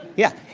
yeah,